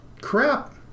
crap